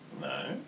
No